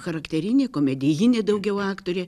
charakterinė komedijinė daugiau aktorė